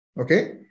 Okay